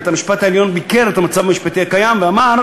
בית-המשפט העליון ביקר את המצב המשפטי הקיים ואמר: